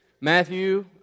Matthew